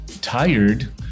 tired